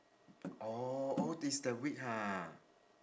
oh oh this the week ha